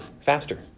faster